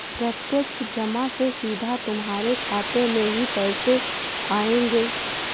प्रत्यक्ष जमा से सीधा तुम्हारे खाते में ही पैसे आएंगे